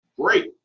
great